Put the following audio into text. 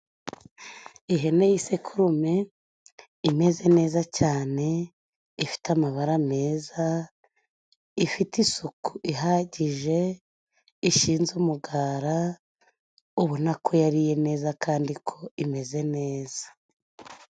Ihene y'isekurume imeze neza cyane, ifite amabara meza, ifite isuku ihagije, ishinze umugara; ubona ko yariye neza kandi ko imeze neza.